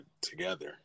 together